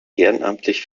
ehrenamtlich